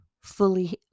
fully